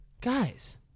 guys